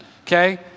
Okay